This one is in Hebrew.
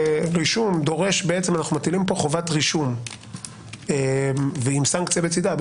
אנו מטילים פה חובת רישום ועם סנקציה לצדה.